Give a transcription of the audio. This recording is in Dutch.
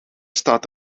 staat